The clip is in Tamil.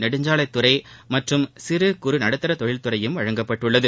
நெடுஞ்சாலைத் துறை மற்றும் சிறு குறு நடுத்தர தொழில் துறையும் வழங்கப்பட்டுள்ளது